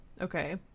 Okay